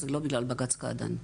זה לא בגלל בג"ץ קעדאן.